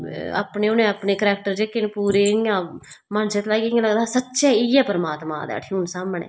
अपने उनें अपने क्रैक्टर जेहके ना पूरे इयां मन चित लाइयै इयां लगदा सच्चें इये परमात्मा ना बैठै दै हून सामनै